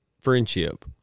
friendship